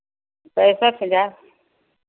पैंसठ हज़ार